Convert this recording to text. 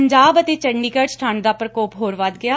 ਪੰਜਾਬ ਅਤੇ ਚੰਡੀਗਤ ਚ ਠੰਢ ਦਾ ਪ੍ਕੋਪ ਹੋਰ ਵਧ ਗਿਐ